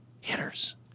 hitters